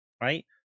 right